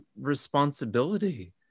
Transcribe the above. responsibility